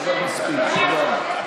עכשיו מספיק, תודה.